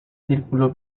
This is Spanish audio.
ciclo